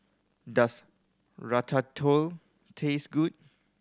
does Ratatouille taste good